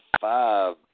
five